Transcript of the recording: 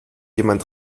jemand